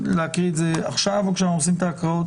להקריא את זה עכשיו או כשאנחנו עושים את ההקראות?